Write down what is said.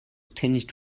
tinged